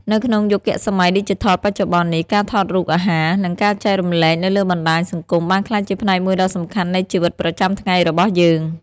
នៅក្នុងយុគសម័យឌីជីថលបច្ចុប្បន្ននេះ ការថតរូបអាហារ និងការចែករំលែកនៅលើបណ្ដាញសង្គមបានក្លាយជាផ្នែកមួយដ៏សំខាន់នៃជីវិតប្រចាំថ្ងៃរបស់យើង។